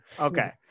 okay